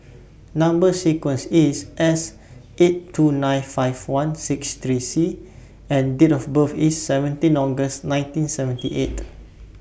Number sequence IS S eight two nine five one six three C and Date of birth IS seventeen August nineteen seventy eight